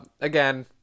Again